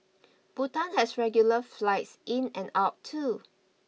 Bhutan has regular flights in and out too